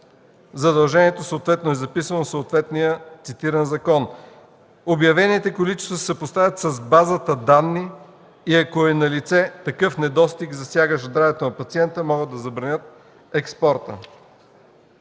Задължението е записано в съответния цитиран закон. Обявените количества се съпоставят с базата данни и ако е налице такъв недостиг, засягащ здравето на пациента, могат да забранят експорта.